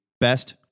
best